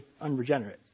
unregenerate